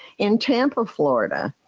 in tampa, florida.